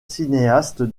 cinéaste